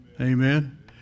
Amen